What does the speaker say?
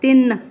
ਤਿੰਨ